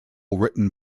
written